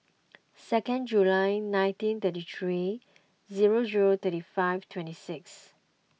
second July nineteen thirty three zero zero thirty five twenty six